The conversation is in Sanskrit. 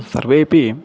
सर्वेपि